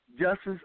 Justice